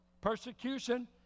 persecution